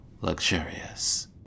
luxurious